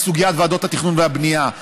לסוגיית ועדות התכנון והבנייה,